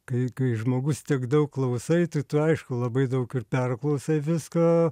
kai kai žmogus tiek daug klausai tai tu aišku labai daug ir perklausai viską